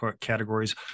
categories